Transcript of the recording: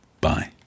Bye